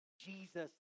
Jesus